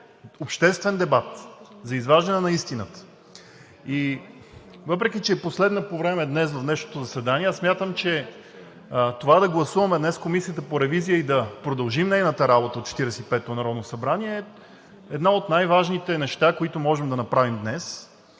обществен дебат за изваждане на истината. И въпреки че е последна днес по време в днешното заседание, аз смятам, че това да гласуваме днес Комисията по ревизия и да продължим нейната работа от 45-ото народно събрание е едно от най-важните неща, които можем да направим днес,